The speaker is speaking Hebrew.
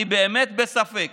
אני באמת בספק